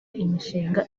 imishinga